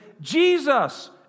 Jesus